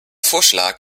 vorschlag